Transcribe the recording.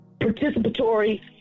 participatory